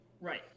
Right